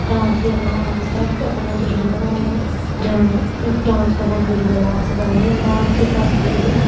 dance गी मतलब अपना अपना जीवन बनाई ओड़ो जां डांस करना बुरी गल्ल ऐ ऐसी गल्ल निं ऐ डांस इक ऐसी चीज़ ऐ